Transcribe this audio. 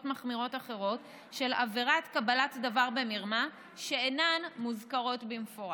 מחמירות אחרות של עבירת קבלת דבר במרמה שאינן מוזכרות במפורש.